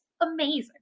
amazing